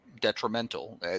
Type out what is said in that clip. detrimental